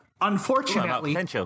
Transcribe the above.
Unfortunately